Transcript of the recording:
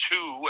Two